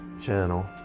channel